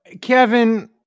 Kevin